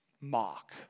mock